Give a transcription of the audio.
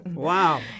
Wow